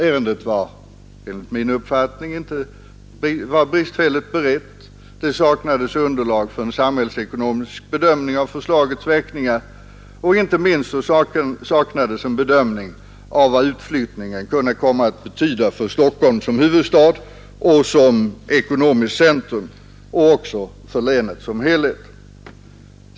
Ärendet var enligt min uppfattning bristfälligt berett, det saknades underlag för samhällsekonomisk bedömning av förslagets verkningar och inte minst saknades en bedömning av vad utflyttningen kunde komma att betyda för Stockholm som huvudstad och som ekonomiskt centrum samt för länet som helhet.